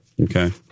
Okay